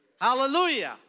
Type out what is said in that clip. Hallelujah